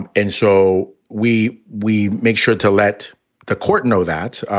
and and so we we make sure to let the court know that